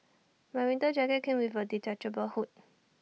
my winter jacket came with A detachable hood